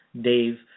Dave